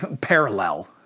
parallel